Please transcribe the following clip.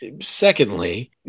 secondly